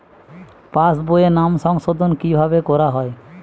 পাশ বইয়ে নাম সংশোধন কিভাবে করা হয়?